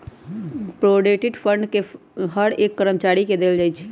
provident fund के हर एक कर्मचारी के देल जा हई